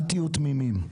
אל תהיו תמימים.